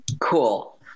Cool